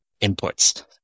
imports